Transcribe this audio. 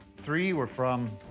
three were from.